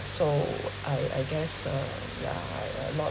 so I I guess uh yeah I I not